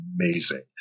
amazing